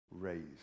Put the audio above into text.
raised